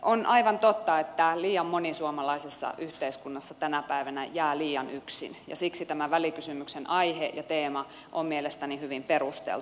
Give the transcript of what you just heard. on aivan totta että liian moni suomalaisessa yhteiskunnassa tänä päivänä jää liian yksin ja siksi tämän välikysymyksen aihe ja teema on mielestäni hyvin perusteltu